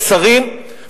השרים,